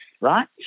right